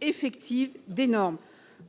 effective des normes.